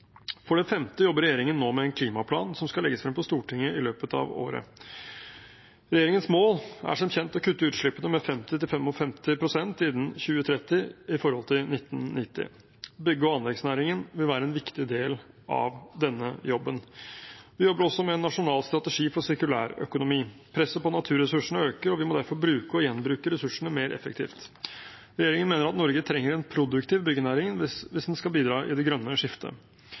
For det femte jobber regjeringen nå med en klimaplan som skal legges frem for Stortinget i løpet av året. Regjeringens mål er som kjent å kutte utslippene med 50–55 pst. innen 2030 i forhold til 1990. Bygg- og anleggsnæringen vil være en viktig del av denne jobben. Vi jobber også med en nasjonal strategi for sirkulærøkonomi. Presset på naturressursene øker, og vi må derfor bruke og gjenbruke ressursene mer effektivt. Regjeringen mener at Norge trenger en produktiv byggenæring hvis den skal bidra i det grønne skiftet.